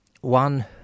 one